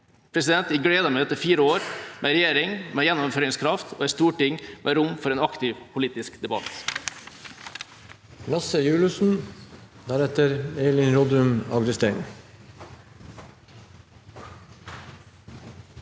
Norge. Jeg gleder meg til fire år med en regjering med gjennomføringskraft og et storting med rom for en aktiv politisk debatt.